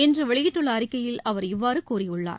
இன்றுவெளியிட்டுள்ளஅறிக்கையில் அவர் இவ்வாறுகூறியுள்ளார்